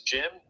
Jim